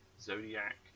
Zodiac